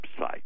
website